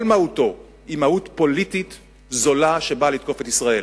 כל מהותו היא מהות פוליטית זולה שבאה לתקוף את ישראל,